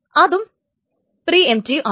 ഇതും പ്രീഎംറ്റിവ് ആണ്